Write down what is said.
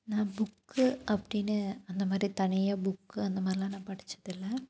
நான் புக்கு அப்படின்னு அந்த மாதிரி தனியாக புக்கு அந்த மாதிரிலான் நான் படிச்சதில்லை